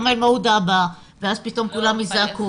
אני פשוט רוצה שלא נחכה לכרמל מעודה הבאה ואז פתאום כולם ייזעקו.